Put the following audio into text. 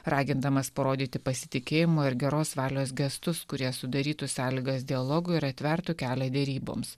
ragindamas parodyti pasitikėjimo ir geros valios gestus kurie sudarytų sąlygas dialogui ir atvertų kelią deryboms